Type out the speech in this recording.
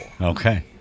Okay